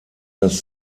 das